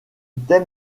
thème